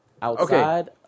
Outside